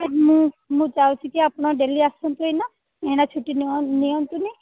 ମୁଁ ମୁଁ ଚାହୁଁଛି ଯେ ଆପଣ ଡେଲି ଆସନ୍ତୁ ଏଇନା ଏଇନା ଛୁଟି ନିଅ ନିଅନ୍ତୁନି